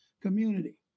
community